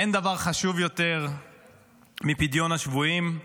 אין דבר חשוב יותר מפדיון השבויים,